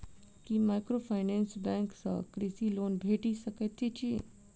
की microfinance bank सँ कृषि loan भेटि सकैत अछि?